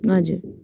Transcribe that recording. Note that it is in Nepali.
हजुर